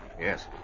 Yes